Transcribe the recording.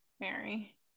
Mary